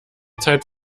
zeit